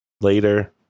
later